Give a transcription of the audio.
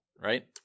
Right